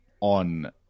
on